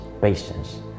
patience